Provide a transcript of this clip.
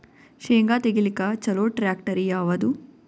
ಶೇಂಗಾ ತೆಗಿಲಿಕ್ಕ ಚಲೋ ಟ್ಯಾಕ್ಟರಿ ಯಾವಾದು?